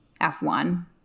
F1